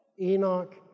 Enoch